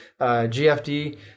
gfd